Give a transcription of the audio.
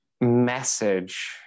message